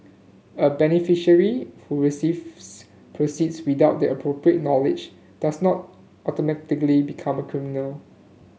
a beneficiary who receives proceeds without the appropriate knowledge does not automatically become a criminal